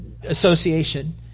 Association